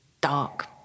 dark